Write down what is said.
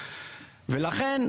ולכן,